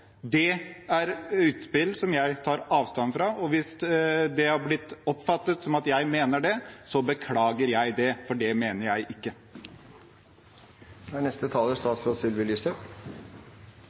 Det er utspill som jeg tar avstand fra, og hvis det har blitt oppfattet som at jeg mener det, beklager jeg det, for det mener jeg ikke. Først vil jeg si at jeg er